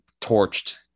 torched